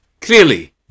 clearly